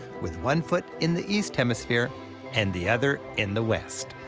with one foot in the east hemisphere and the other in the west.